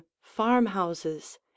farmhouses